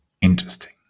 interesting